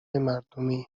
مردمی